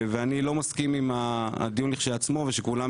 אני לא מסכים עם הדיון לכשעצמו כשכולם